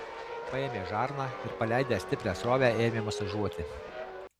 paėmė žarną ir paleidęs stiprią srovę ėmė masažuoti